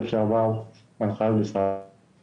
יחולו הוראות אלה.